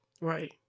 Right